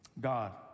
God